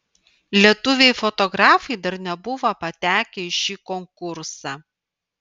lietuviai fotografai dar nebuvo patekę į šį konkursą